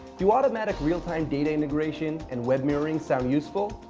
do automatic real-time data integration and web mirroring sound useful?